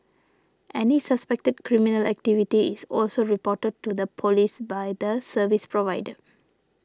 any suspected criminal activity is also reported to the police by the service provider